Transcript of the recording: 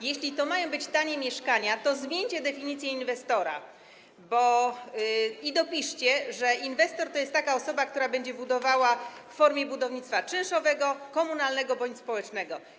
Jeśli to mają być tanie mieszkania, to zmieńcie definicję inwestora i dopiszcie, że inwestor to jest taka osoba, która będzie budowała w formie budownictwa czynszowego, komunalnego bądź społecznego.